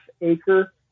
acre